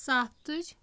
سَتھ تُج